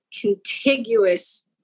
contiguous